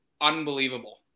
unbelievable